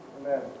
Amen